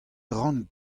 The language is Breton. ran